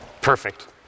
Perfect